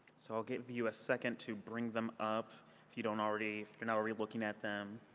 so i'll give you a second to bring them up if you don't already if you're not already looking at them.